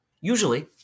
Usually